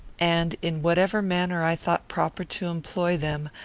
and, in whatever manner i thought proper to employ them,